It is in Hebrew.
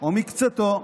או מקצתו,